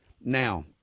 Now